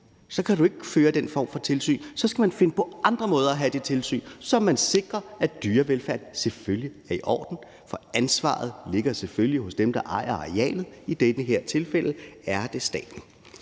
så ikke kan føre den form for tilsyn. Så skal man finde på andre måder at have det tilsyn, så man sikrer, at dyrevelfærden selvfølgelig er i orden. For ansvaret ligger selvfølgelig hos dem, der ejer arealet, og i det her tilfælde er det staten.